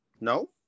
no